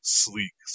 sleek